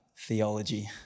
theology